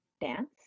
dance